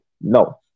No